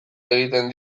egiten